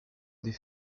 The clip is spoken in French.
des